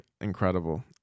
incredible